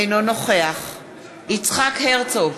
אינו נוכח יצחק הרצוג,